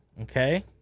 okay